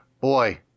Boy